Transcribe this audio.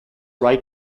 write